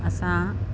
असां